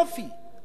איזה נהדר.